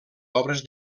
obres